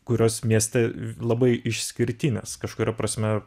kurios mieste labai išskirtinės kažkuria prasme